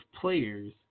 players